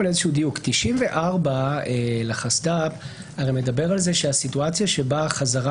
94 לחסד"פ מדבר על כך שהסיטואציה שבה החזרה